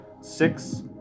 six